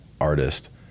artist